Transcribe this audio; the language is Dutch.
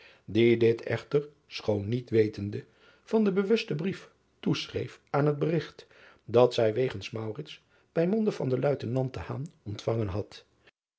die dit echter schoon niet wetende van den bewusten brief toeschreef aan het berigt dat zij wegens bij monde van den uitenant ontvangen had